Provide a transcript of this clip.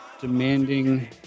demanding